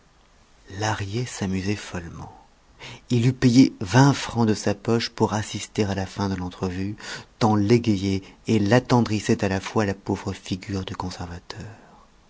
lahrier s'amusait follement il eût payé vingt francs de sa poche pour assister à la fin de l'entrevue tant l'égayait et l'attendrissait à la fois la pauvre figure du conservateur